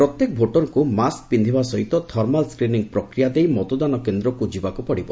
ପ୍ରତ୍ୟେକ ଭୋଟରଙ୍କୁ ମାସ୍କ୍ ପିନ୍ଧିବା ସହିତ ଥର୍ମାଲ୍ ଷ୍ଟ୍ରିନିଂ ପ୍ରକ୍ରିୟା ଦେଇ ମତଦାନ କେନ୍ଦ୍ରକୁ ଯିବାକୁ ପଡ଼ିବ